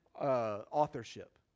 authorship